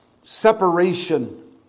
separation